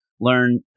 learn